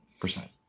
percent